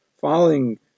falling